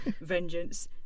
vengeance